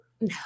No